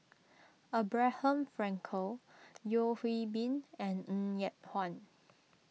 Abraham Frankel Yeo Hwee Bin and Ng Yat Chuan